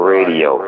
Radio